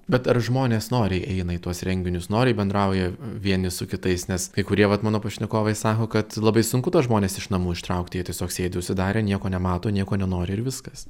bet ar žmonės noriai eina į tuos renginius noriai bendrauja vieni su kitais nes kai kurie vat mano pašnekovai sako kad labai sunku tuos žmones iš namų ištraukti jie tiesiog sėdi užsidarę nieko nemato nieko nenori ir viskas